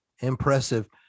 impressive